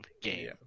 game